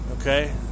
Okay